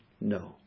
no